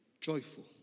joyful